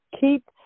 keep